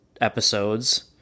episodes